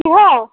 কিহৰ